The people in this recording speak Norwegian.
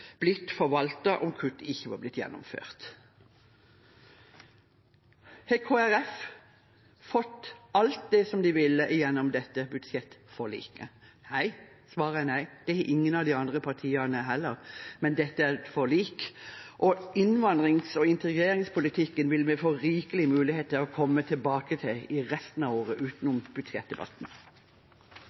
blitt forvaltet om kuttet ikke var blitt gjennomført. Har Kristelig Folkeparti fått alt det vi ville gjennom dette budsjettforliket? Svaret er nei. Det har ingen av de andre partiene heller – dette er et forlik. Innvandrings- og integreringspolitikken vil vi få rikelig mulighet til å komme tilbake til i resten av året, utenom budsjettdebatten.